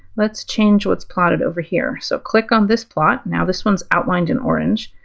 let's change what's plotted over here. so click on this plot. now this one's outlined in orange.